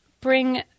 bring